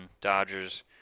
Dodgers